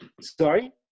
sorry